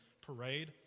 Parade